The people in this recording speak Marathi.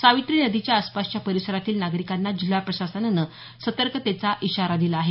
सावित्री नदीच्या आसपासच्या परिसरातील नागरिकांना जिल्हा प्रशासनानं सतर्कतेचा दिला आहे